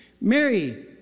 Mary